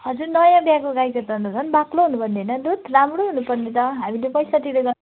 हजुर नयाँ बियाएको गाईको त झन् बाक्लो हुनुपर्ने होइन दुध राम्रो हुनुपर्ने त हामीले पैसा तिरेर